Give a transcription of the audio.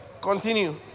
Continue